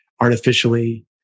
artificially